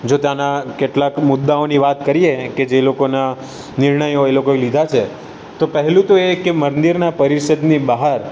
જો ત્યાંના કેટલાક મુદ્દાઓની વાત કરીએ ને કે જે લોકોના નિર્ણયો એ લોકોએ લીધા છે તો પહેલું તો એ કે મંદિરનાં પરિસરની બહાર